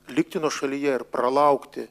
likti nuošalyje ir pralaukti